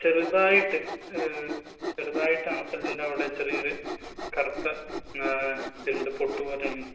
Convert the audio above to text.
ചെറുതായിട്ട് ചെറുതായിട്ട് അണപ്പല്ലിന്റെ അവിടെ ചെറിയൊരു കറുത്ത ഇതുണ്ട് പൊട്ടുപോലെയുണ്ട്